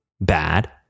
bad